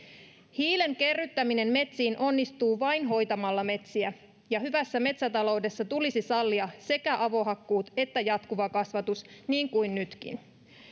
hiilen kerryttäminen metsiin onnistuu vain hoitamalla metsiä ja hyvässä metsätaloudessa tulisi sallia sekä avohakkuut että jatkuva kasvatus niin kuin nytkin